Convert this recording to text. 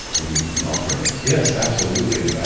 an offering yes, absolutely.